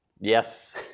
Yes